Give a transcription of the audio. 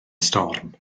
storm